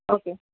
okay